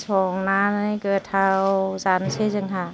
संनानै गोथाव जानोसै जोंहा